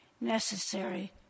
necessary